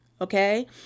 okay